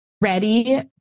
ready